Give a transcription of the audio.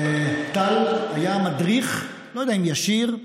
טל היה מדריך, אני לא יודע אם ישיר,